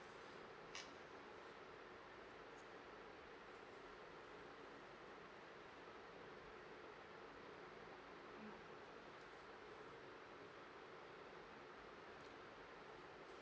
uh